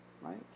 Right